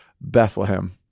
Bethlehem